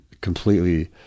completely